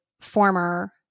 former